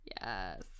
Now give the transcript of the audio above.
Yes